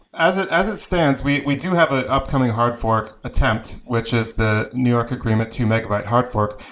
as it as it stands, we we do have an upcoming hard fork attempt, which is the new york agreement two megabyte hard fork,